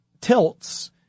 tilts